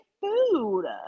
food